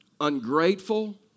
ungrateful